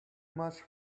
much